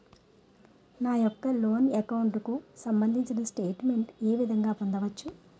నా యెక్క loan account కు సంబందించిన స్టేట్ మెంట్ ఏ విధంగా పొందవచ్చు?